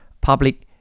public